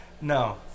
No